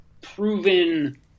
proven